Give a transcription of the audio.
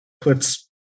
puts